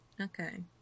Okay